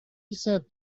said